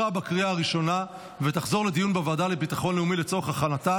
לוועדה לביטחון לאומי נתקבלה.